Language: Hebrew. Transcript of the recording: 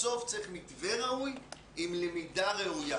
בסוף צריך מתווה ראוי עם למידה ראויה,